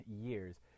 years